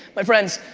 my friends,